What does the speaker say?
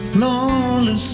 lonely